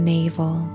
Navel